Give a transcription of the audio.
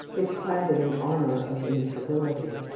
is clad in an armour of incivility.